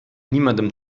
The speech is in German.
niemandem